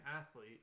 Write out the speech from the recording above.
athlete